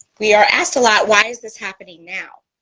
we are asked a lot, why is this happening now?